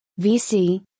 VC